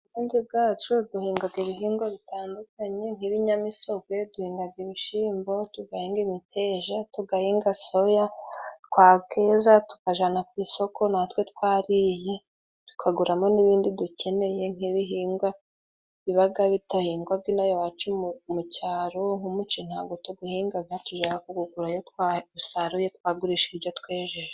Ubuhinzi bwacu duhingaga ibihingwa bitandukanye nk'ibinyamisogwe duhingaga ibishimbo, tugahinga imiteja, tugahinga soya, twakeza tukajana ku isoko natwe twariye tukaguramo n'ibindi dukeneye nk'ibihingwa bibaga bidahingwaga inaha iwacu mu caro, nk' umuceri ntago tuguhingaga tujaga kugugura iyo twasaruye twagurisha ibyo twejeje.